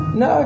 no